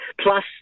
Plus